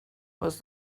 was